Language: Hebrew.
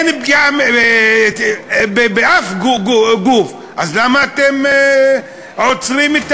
אין פגיעה באף גוף, אז למה אתם עוצרים את